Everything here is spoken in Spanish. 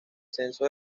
censo